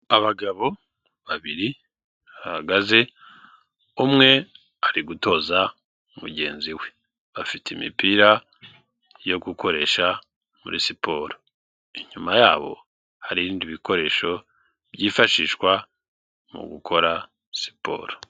Abagabo babiri bahagaze umwe ari gutoza mugenzi we, afite imipira yo gukoresha muri siporo, inyuma yabo hari ibindi bikoresho byifashishwa mu gukora siporo.